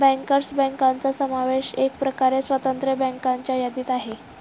bankers बँकांचा समावेश एकप्रकारे स्वतंत्र बँकांच्या यादीत आहे